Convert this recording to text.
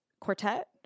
quartet